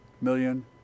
million